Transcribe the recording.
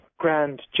grand